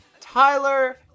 Tyler